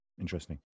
Interesting